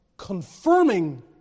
confirming